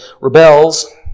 rebels